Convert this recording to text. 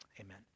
Amen